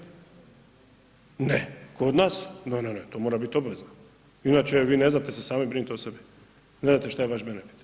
Ne, kod nas, ne, ne, to mora biti obavezno inače vi ne znate se sami brinut o sebi, ne znate šta je vaš benefit.